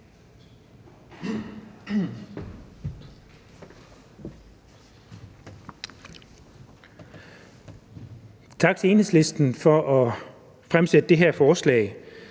Tak til Enhedslisten for at fremsætte det her forslag.